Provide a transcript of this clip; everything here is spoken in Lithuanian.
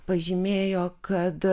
pažymėjo kad